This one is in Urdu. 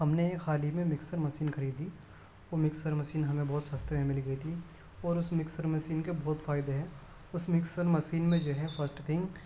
ہم نے ایک حال میں مکسر مسین خریدی وہ مکسر مسین ہمیں بہت سستے میں مل گئی تھی اور اس مکسر مسین کے بہت فائدے ہیں اس مکسر مسین میں جو ہے فسٹ تھنک